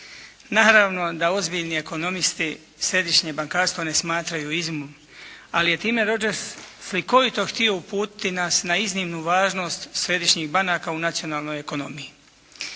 Naravno da ozbiljni ekonomisti središnje bankarstvo ne smatraju izumom, ali je time Rogers slikovito htio uputiti nas na iznimnu važnost središnjih banaka u nacionalnoj ekonomiji.